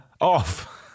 Off